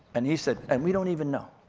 and he said, and we don't even know.